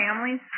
families